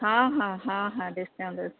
ହଁ ହଁ ହଁ ହଁ ଡିସ୍କାଉଣ୍ଟ୍ ଅଛି